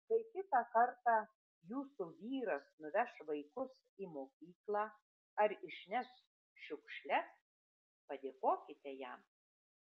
kai kitą kartą jūsų vyras nuveš vaikus į mokyklą ar išneš šiukšles padėkokite jam